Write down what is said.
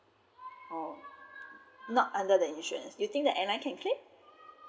oh okay not other than insurance do you think airline can claim